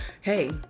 Hey